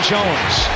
Jones